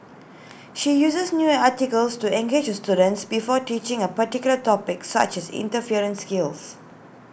she uses news articles to engage her students before teaching A particular topic such as interference skills